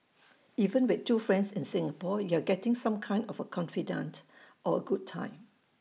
even with two friends in Singapore you're getting some kind of A confidante or A good time